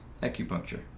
Acupuncture